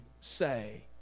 say